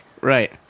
Right